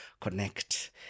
Connect